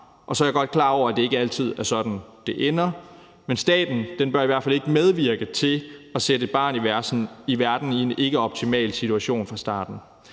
og så er jeg godt klar over, at det ikke altid er sådan, det ender. Men staten bør i hvert fald ikke medvirke til, at der sættes et barn i verden i en ikke optimal situation fra starten.